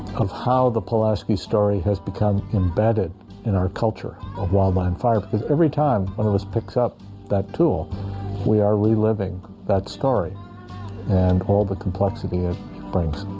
of how the pulaski story has become embedded in our culture of wildland fire because every time one of us picks up that tool we are reliving that story story and all the complexity it brings